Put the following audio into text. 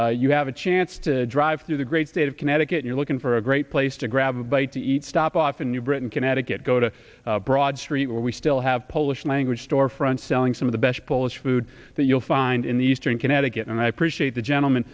if you have a chance to drive through the great state of connecticut you're looking for a great place to grab a bite to eat stop off in new britain connecticut go to broad street where we still have polish language store front selling some of the best polish food that you'll find in the eastern connecticut and i appreciate the gentleman